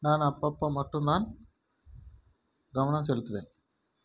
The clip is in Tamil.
நான் அப்பப்போ மட்டும்தான் கவனம் செலுத்துவேன்